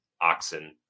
oxen